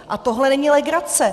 A tohle není legrace!